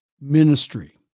ministry